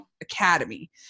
Academy